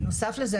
בנוסף לכך,